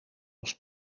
els